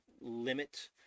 limit